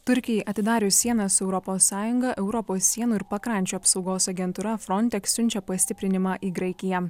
turkijai atidarius sienas su europos sąjunga europos sienų ir pakrančių apsaugos agentūra frontex siunčia pastiprinimą į graikiją